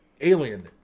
Alien